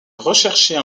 rechercher